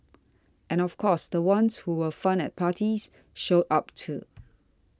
and of course the ones who were fun at parties showed up too